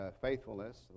faithfulness